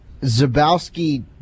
Zabowski